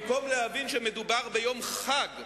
ורק האופוזיציה, במקום להבין שמדובר ביום חג,